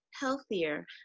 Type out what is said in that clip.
Healthier